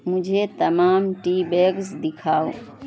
مجھے تمام tea bags دکھاؤ